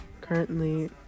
Currently